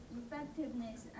effectiveness